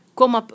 como